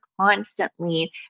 constantly